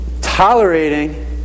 tolerating